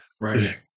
right